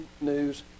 news